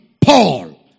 Paul